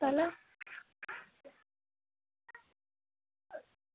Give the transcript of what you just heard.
তাহলে